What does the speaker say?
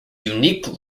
unique